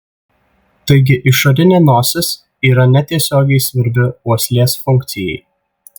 taigi išorinė nosis yra netiesiogiai svarbi uoslės funkcijai